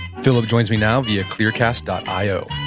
philip joins me now via clearcast ah io.